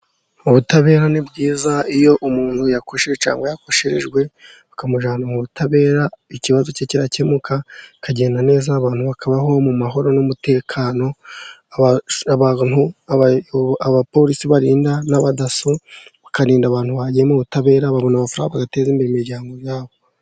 Ubutabera ni bwiza iyo umuntu yakosheje cyangwa yakosherejwe, bakamujyana mu butabera, ikibazo cye cyakemuka akagenda neza, abantu bakabaho mu mahoro n'umutekano. Abapolisi barinda n'abadaso, bakarinda abantu bagiye mu butabera, babona amafaranga bakajya guteza imbere imiryango yabo.